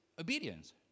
obedience